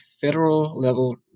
Federal-Level